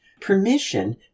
permission